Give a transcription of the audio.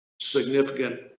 significant